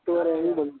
ಹತ್ತುವರೆ ಹಂಗ್ ಬನ್ಬಿಡು